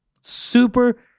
Super